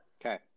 Okay